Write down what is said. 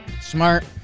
Smart